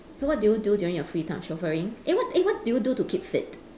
so what do you do during your free time chauffeuring eh what eh what do you do to keep fit